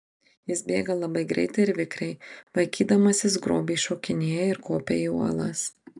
jis bėga labai greitai ir vikriai vaikydamasis grobį šokinėja ir kopia į uolas